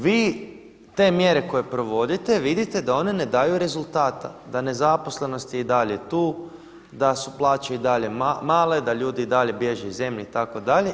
Vi te mjere koje provodite vidite da one ne daju rezultata, da nezaposlenost je i dalje tu, da su plaće i dalje male, da ljudi i dalje bježe iz zemlje itd.